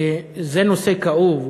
זה נושא כאוב,